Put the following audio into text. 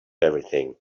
everything